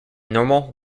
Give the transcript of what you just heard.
normal